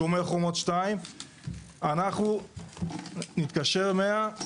שומר חומות 2 - אנחנו נתקשר 100,